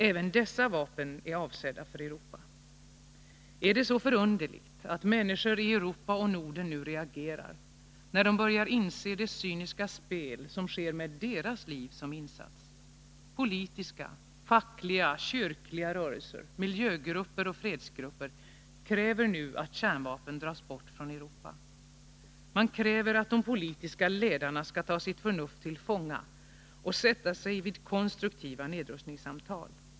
Även dessa vapen är avsedda för Europa. Är det så förunderligt att människor i Europa och Norden reagerar, när de nu börjar inse det cyniska spel som sker med deras liv som insats? Politiska, fackliga och kyrkliga rörelser, miljögrupper och fredsgrupper kräver nu att kärnvapnen dras bort från Europa. Man kräver att de politiska ledarna skall ta sitt förnuft till fånga och sätta sig ned och föra konstruktiva nedrustningssamtal.